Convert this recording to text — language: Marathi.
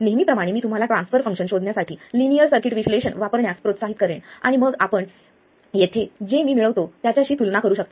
नेहमीप्रमाणे मी तुम्हाला ट्रान्सफर फंक्शन शोधण्यासाठी लिनियर सर्किट विश्लेषण वापरण्यास प्रोत्साहित करेन आणि मग आपण येथे जे मी मिळवितो त्याच्याशी तुलना करू शकता